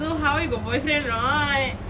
so how you got boyfriend not